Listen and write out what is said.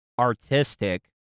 Artistic